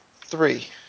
three